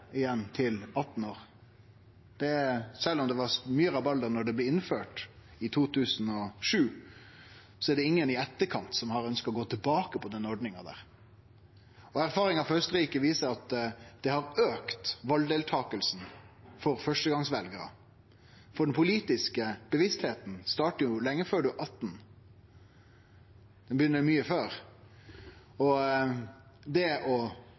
igjen til 18 år. Sjølv om det var mykje rabalder da det blei innført i 2007, er det ingen som i ettertid har ønskt å gå tilbake på den ordninga. Erfaringa frå Austerrike er at det har auka valdeltakinga for førstegongsveljarar. Den politiske bevisstheita startar jo lenge før ein er 18 år – mykje før – og det